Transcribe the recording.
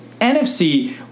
NFC